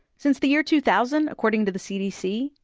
since the year two thousand, according to the cdc,